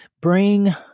bring